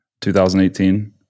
2018